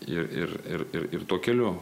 ir ir ir ir tuo keliu